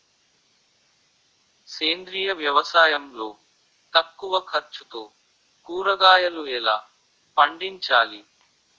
సేంద్రీయ వ్యవసాయం లో తక్కువ ఖర్చుతో కూరగాయలు ఎలా పండించాలి?